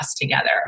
together